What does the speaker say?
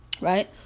right